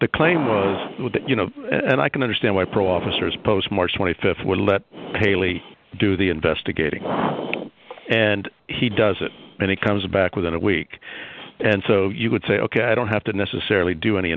the claim was that you know and i can understand why pro officers post march th would let haley do the investigating and he does it and he comes back within a week and so you could say ok i don't have to necessarily do any